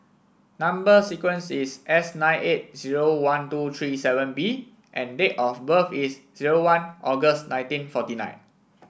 number sequence is S nine eight zero one two three seven B and date of birth is zero one August nineteen forty nine